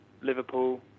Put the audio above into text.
Liverpool